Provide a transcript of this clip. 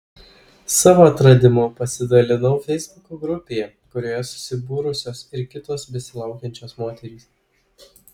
savo atradimu pasidalinau feisbuko grupėje kurioje susibūrusios ir kitos besilaukiančios moterys